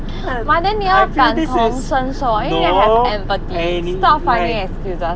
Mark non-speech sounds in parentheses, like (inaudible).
(noise) but then 你要感同身受因为 need to have empathy stop finding excuses